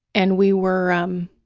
and we were um